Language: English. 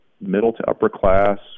middle-to-upper-class